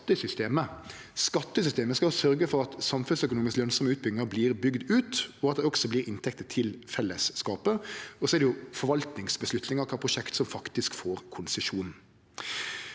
Skattesystemet skal sørgje for at samfunnsøkonomisk lønsame utbyggingar vert bygde ut, og at det også vert inntekter til fellesskapet, og så er det forvaltningsavgjerder kva prosjekt som faktisk får konsesjon.